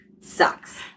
sucks